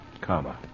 Comma